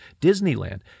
Disneyland